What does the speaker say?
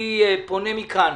אני פונה מכאן